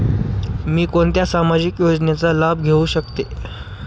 मी कोणत्या सामाजिक योजनेचा लाभ घेऊ शकते?